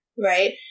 right